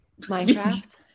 Minecraft